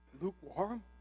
lukewarm